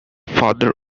father